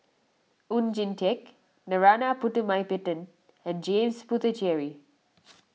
Oon Jin Teik Narana Putumaippittan and James Puthucheary